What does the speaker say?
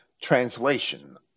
translation